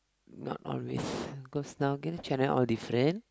not always cause now the channel all different